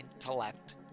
intellect